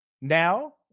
now